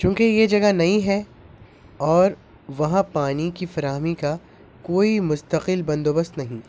چونکہ یہ جگہ نہیں ہے اور وہاں پانی کی فراہمی کا کوئی مستقل بندوبست نہیں